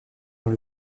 dans